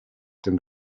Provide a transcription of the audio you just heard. den